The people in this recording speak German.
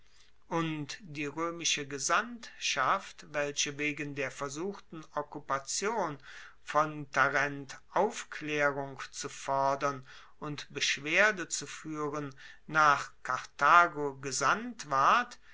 und die roemische gesandtschaft welche wegen der versuchten okkupation von tarent aufklaerung zu fordern und beschwerde zu fuehren nach karthago gesandt ward